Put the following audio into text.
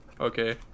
okay